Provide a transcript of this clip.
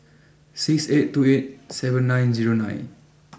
six eight two eight seven nine zero nine